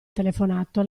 telefonato